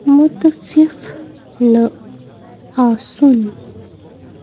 مُتفِف نہٕ آسُن